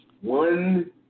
one